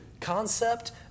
concept